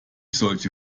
solche